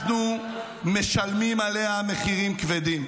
אנחנו משלמים עליה מחירים כבדים.